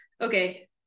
okay